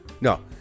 No